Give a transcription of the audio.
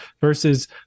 versus